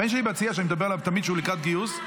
אני מדבר עליו תמיד שהוא לקראת גיוס.